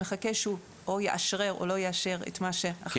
שמחכה שהוא או יאשרר או לא יאשר את מה ---.